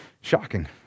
Shocking